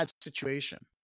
situation